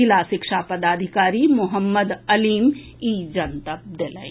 जिला शिक्षा पदाधिकारी मोहम्मद अलीम इ जनतब देलनि